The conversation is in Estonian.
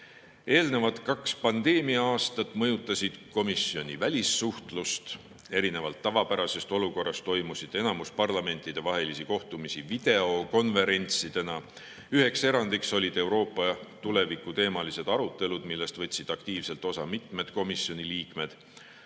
eelnevat pandeemia-aastat mõjutasid komisjoni välissuhtlust. Erinevalt tavapärasest olukorrast toimus enamik parlamentidevahelisi kohtumisi videokonverentsidena. Üheks erandiks olid Euroopa tuleviku teemalised arutelud, millest võtsid aktiivselt osa mitmed komisjoni liikmed.